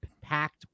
packed